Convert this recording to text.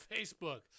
Facebook